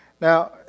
Now